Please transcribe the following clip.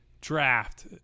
draft